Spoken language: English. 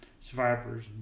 survivors